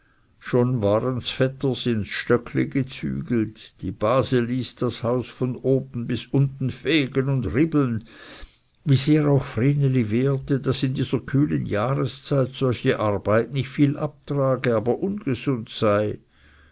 schon waren des vetters ins stöckli gezügelt die base ließ das haus von oben bis unten fegen und ribeln wie sehr auch vreneli wehrte daß in dieser kühlen jahreszeit solche arbeit nicht viel abtrage aber ungesund sei